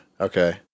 Okay